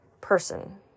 person